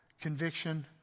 conviction